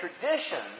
traditions